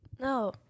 No